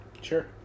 Sure